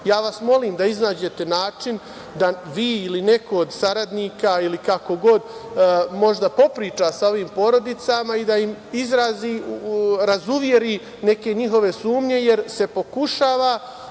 vas da iznađete način da vi ili neko od saradnika, ili kako god, možda popriča sa ovim porodicama i da im izrazi, razuveri neke njihove sumnje, jer se pokušava